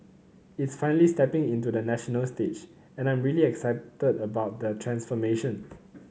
it's finally stepping into the national stage and I'm really excited about the transformation